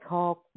Talk